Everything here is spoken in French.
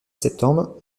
septembre